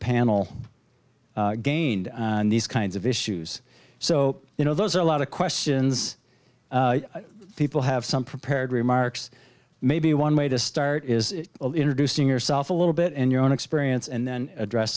panel gained these kinds of issues so you know those are a lot of questions people have some prepared remarks maybe one way to start is introducing yourself a little bit in your own experience and then address